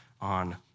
on